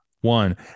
one